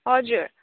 हजुर